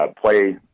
play